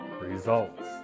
results